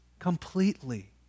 completely